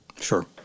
Sure